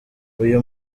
uyu